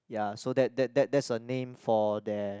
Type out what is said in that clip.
ya so that that that's a name for their